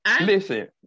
listen